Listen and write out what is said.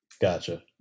Gotcha